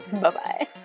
bye-bye